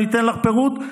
אני אתן לך פירוט,